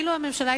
אילו אמרה הממשלה: